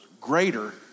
greater